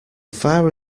far